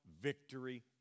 victory